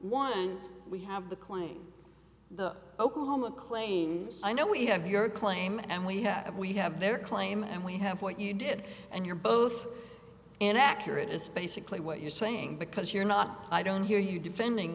one we have the claim the oklahoma claims i know we have your claim and we have we have their claim and we have what you did and you're both inaccurate is basically what you're saying because you're not i don't hear you defending